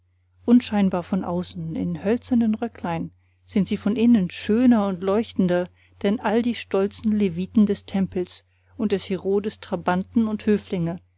unscheinbar von außen in hölzernen röcklein sind sie von innen schöner und leuchtender denn all die stolzen leviten des tempels und des herodes trabanten und höflinge